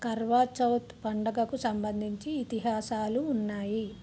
కర్వాచౌత్ పండుగకు సంబంధించి ఇతిహాసాలు ఉన్నాయి